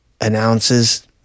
announces